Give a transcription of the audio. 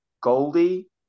Goldie